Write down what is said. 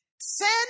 send